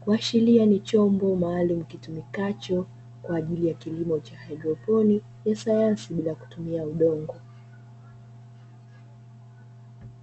kuashiria ni chombo maalum kitumikacho kwaajili ya kilimo cha haidroponi ya sayansi bila kutumia udongo